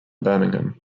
birmingham